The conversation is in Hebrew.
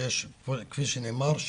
כפי שנאמר,